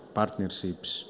partnerships